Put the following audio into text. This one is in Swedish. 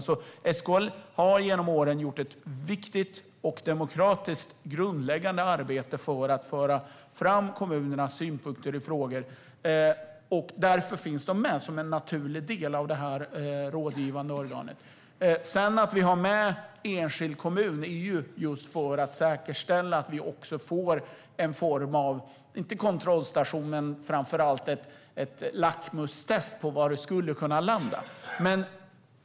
SKL har genom åren gjort ett viktigt och demokratiskt grundläggande arbete för att föra fram kommunernas synpunkter i frågor, och därför finns de med som en naturlig del av det rådgivande organet. Att vi sedan har med enskilda kommuner är för att säkerställa att vi framför allt får ett lackmustest på var det kan landa, inte en kontrollstation.